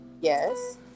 Yes